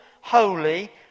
holy